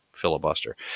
filibuster